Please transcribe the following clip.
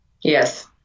Yes